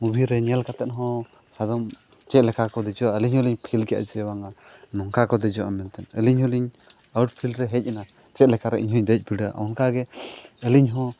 ᱢᱩᱵᱷᱤ ᱨᱮ ᱧᱮᱞ ᱠᱟᱛᱮᱫ ᱦᱚᱸ ᱥᱟᱫᱚᱢ ᱪᱮᱫ ᱞᱮᱠᱟ ᱠᱚ ᱫᱮᱡᱚᱜᱼᱟ ᱟᱹᱞᱤᱧ ᱦᱚᱸᱞᱤᱧ ᱯᱷᱤᱞ ᱠᱮᱜᱼᱟ ᱡᱮ ᱵᱟᱝᱟ ᱱᱚᱝᱠᱟ ᱠᱚ ᱫᱮᱡᱚᱜᱼᱟ ᱢᱮᱱᱛᱮ ᱟᱹᱞᱤᱧ ᱦᱚᱸᱞᱤᱧ ᱟᱣᱩᱴ ᱯᱷᱤᱞ ᱨᱮ ᱦᱮᱡ ᱮᱱᱟ ᱪᱮᱫ ᱞᱮᱠᱟᱨᱮ ᱤᱧ ᱦᱚᱧ ᱫᱮᱡ ᱵᱤᱰᱟᱹᱜᱼᱟ ᱚᱱᱠᱟ ᱜᱮ ᱟᱹᱞᱤᱧ ᱦᱚᱸ